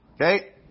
Okay